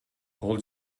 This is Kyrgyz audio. кол